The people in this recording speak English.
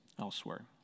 elsewhere